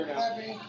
happy